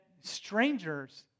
strangers